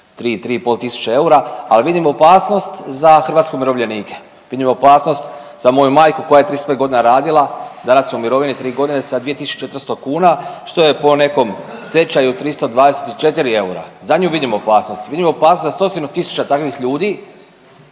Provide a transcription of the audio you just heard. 3, 3.500 eura, ali vidim opasnost za hrvatske umirovljenike. Vidim opasnost za moju majku koja je 35 godina radila, danas je u mirovini 3 godine sa 2.400 kuna što je po nekom tečaju 324 eura. Za nju vidim opasnost. Vidim opasnost za stotinu tisuća takvih ljudi